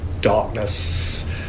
Darkness